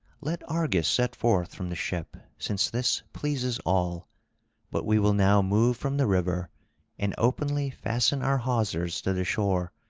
let argus set forth from the ship, since this pleases all but we will now move from the river and openly fasten our hawsers to the shore.